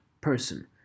person